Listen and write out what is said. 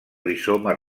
rizoma